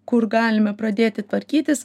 kur galime pradėti tvarkytis